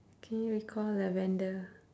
can you recall lavender